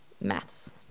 Maths